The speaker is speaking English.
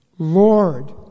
Lord